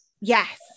yes